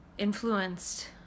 Influenced